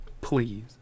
Please